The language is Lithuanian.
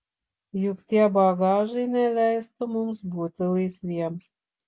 juk tie bagažai neleistų mums būti laisviems